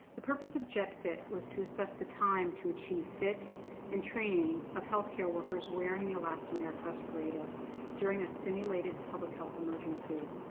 the purpose of jet fit fit was to assess the time to achieve fit and training of healthcare workers wearing the elastomeric respirator during a simulated public health emergency.